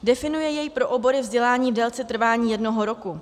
Definuje jej pro obory vzdělání v délce trvání jednoho roku.